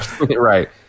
Right